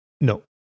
No